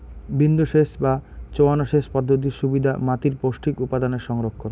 বিন্দুসেচ বা চোঁয়ানো সেচ পদ্ধতির সুবিধা মাতীর পৌষ্টিক উপাদানের সংরক্ষণ